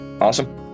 Awesome